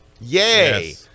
Yay